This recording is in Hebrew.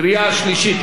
תודה, רבותי.